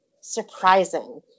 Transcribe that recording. surprising